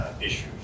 issues